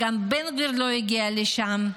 וגם בן גביר לא הגיע לשם.